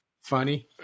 funny